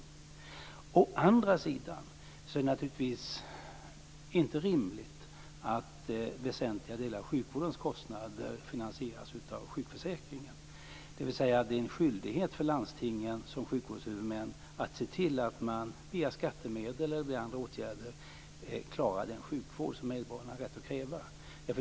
Å andra sidan är det naturligtvis inte rimligt att väsentliga delar av sjukvårdens kostnader finansieras av sjukförsäkringen. Det är en skyldighet för landstingen som sjukvårdshuvudmän att se till att man via skattemedel eller andra åtgärder klarar den sjukvård som medborgarna har rätt att kräva.